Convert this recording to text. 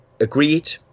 agreed